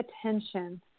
attention